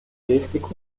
gestik